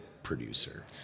producer